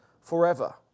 forever